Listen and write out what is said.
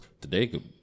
today